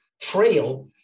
trail